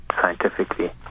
scientifically